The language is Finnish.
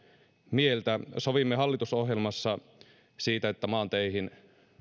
mieltä sovimme hallitusohjelmassa siitä että maanteihin